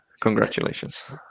Congratulations